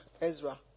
Ezra